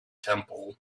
temples